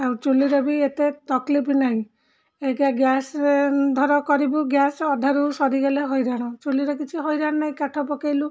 ଆଉ ଚୁଲିରେ ବି ଏତେ ତକ୍ଲିଫ୍ ନାହିଁ ଏଇଟା ଗ୍ୟାସ୍ରେ ଧର କରିବୁ ଗ୍ୟାସ୍ ଅଧାରୁ ସରିଗଲେ ହଇରାଣ ଚୁଲିରେ କିଛି ହଇରାଣ ନାହିଁ କାଠ ପକାଇଲୁ